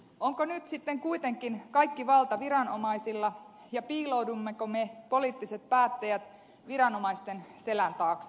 onko nyt sitten kuitenkin kaikki valta viranomaisilla ja piiloudummeko me poliittiset päättäjät viranomaisten selän taakse